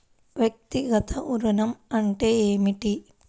వ్యక్తిగత ఋణం అంటే ఏమిటి?